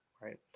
right